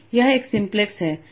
यह एक सिम्प्लेक्स है